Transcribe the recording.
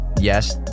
yes